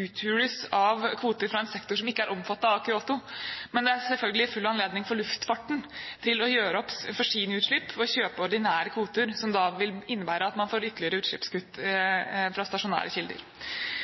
uthules av kvoter fra en sektor som ikke er omfattet av Kyoto-avtalen. Men det er selvfølgelig full anledning for luftfarten til å gjøre opp for sine utslipp ved å kjøpe ordinære kvoter, som vil innebære at man får ytterligere utslippskutt fra stasjonære kilder.